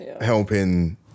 helping